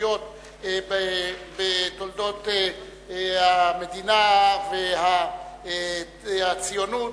ססגוניות בתולדות המדינה והציונות.